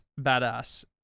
badass